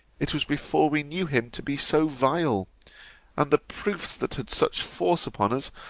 it was before we knew him to be so vile and the proofs that had such force upon us,